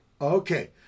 Okay